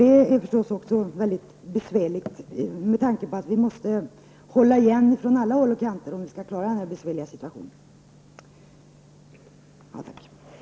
Det är förstås också besvärligt med tanke på att vi måste hålla igen på alla håll och kanter, om vi skall klara den besvärliga situation som vi har.